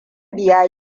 biya